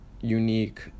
unique